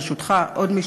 ברשותך, עוד משפט.